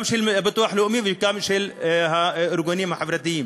גם של הביטוח הלאומי וגם של הארגונים החברתיים.